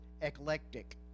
eclectic